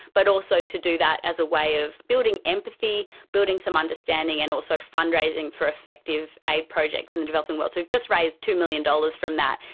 but also to do that as a way of building empathy, building some understanding and also fund raising for effective aid projects in the developing world. so we've just raised two million dollars from that,